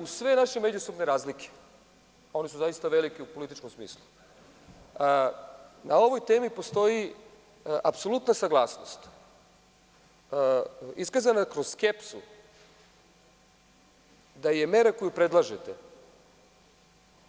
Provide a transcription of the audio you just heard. Uz sve naše međusobne razlike, one su zaista velike u političkim smislu, na ovoj temi postoji apsolutna saglasnost iskazana kroz skepsu da je mera koju predlažete